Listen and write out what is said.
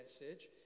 message